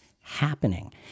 happening